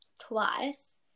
twice